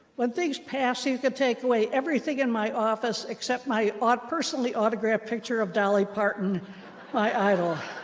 when things pass, you could take away everything in my office except my ah personally autographed picture of dolly parton, my idol.